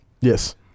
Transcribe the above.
Yes